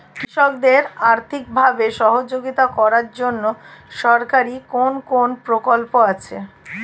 কৃষকদের আর্থিকভাবে সহযোগিতা করার জন্য সরকারি কোন কোন প্রকল্প আছে?